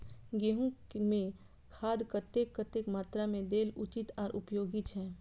गेंहू में खाद कतेक कतेक मात्रा में देल उचित आर उपयोगी छै?